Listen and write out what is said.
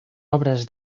obres